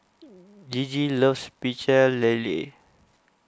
Gigi loves Pecel Lele